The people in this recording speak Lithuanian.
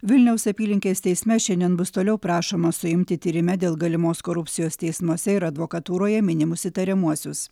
vilniaus apylinkės teisme šiandien bus toliau prašoma suimti tyrime dėl galimos korupcijos teismuose ir advokatūroje minimus įtariamuosius